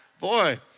Boy